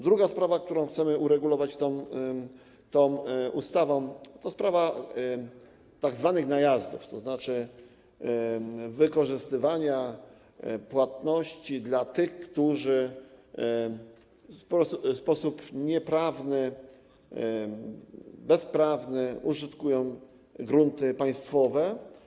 Drugą sprawą, którą chcemy uregulować tą ustawą, jest sprawa tzw. najazdów, tzn. wykorzystywanie płatności przez tych, którzy w sposób nieprawny, bezprawny użytkują grunty państwowe.